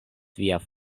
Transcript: via